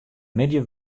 middei